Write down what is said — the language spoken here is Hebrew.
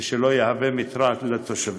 ולא יהווה מטרד לתושבים.